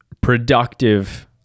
productive